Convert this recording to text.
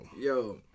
Yo